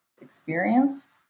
experienced